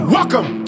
Welcome